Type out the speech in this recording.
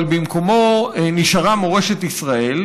אבל במקומו נשארה מורשת ישראל,